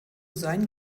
sein